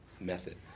method